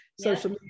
social